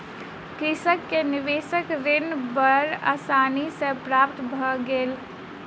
कृषक के निवेशक ऋण बड़ आसानी सॅ प्राप्त भ गेल